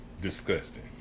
Disgusting